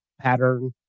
pattern